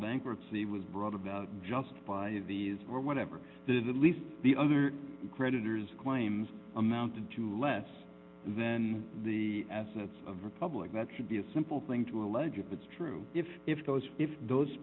bankruptcy was brought about just by or whatever the least the other creditors claims amounted to less then as sets of republic that should be a simple thing to allege of it's true if if those if those